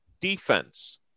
defense –